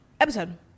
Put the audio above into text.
episode